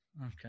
Okay